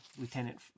lieutenant